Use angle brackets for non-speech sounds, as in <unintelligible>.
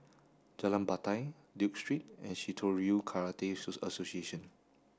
Jalan Batai Duke Street and Shitoryu Karate <unintelligible> Association